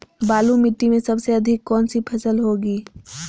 बालू मिट्टी में सबसे अधिक कौन सी फसल होगी?